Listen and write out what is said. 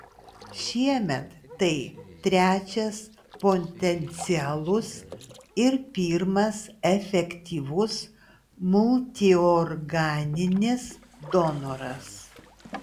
šiemet tai trečias potencialus ir pirmas efektyvus multiorganinis donoras